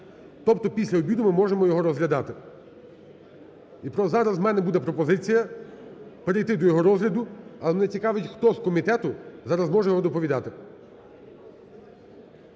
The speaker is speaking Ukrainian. тобто після обіду ми можемо його розглядати. І зараз в мене буде пропозиція перейти до його розгляду. Але мене цікавить, хто з комітету зараз може його доповідати.